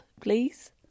please